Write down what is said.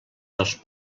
dels